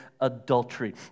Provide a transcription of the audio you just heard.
adultery